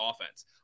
offense